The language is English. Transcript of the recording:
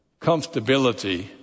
comfortability